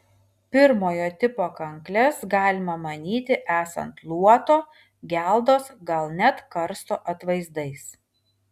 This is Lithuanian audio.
pirmojo tipo kankles galima manyti esant luoto geldos gal net karsto atvaizdais